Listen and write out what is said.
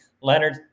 Leonard